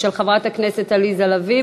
של חברת הכנסת עליזה לביא.